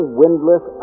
windless